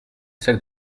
sac